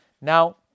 now